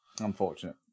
unfortunate